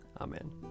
Amen